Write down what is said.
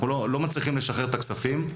אנחנו לא מצליחים לשחרר את הכספים.